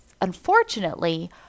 unfortunately